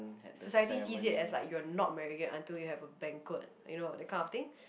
society sees it as like you're not married yet until you have a banquet you know that kind of thing